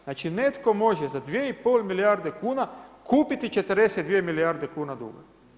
Znači, netko može za 2,5 milijarde kuna kupiti 42 milijarde kuna duga.